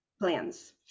plans